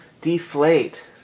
deflate